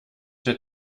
der